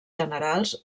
generals